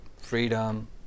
freedom